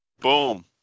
Boom